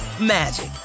magic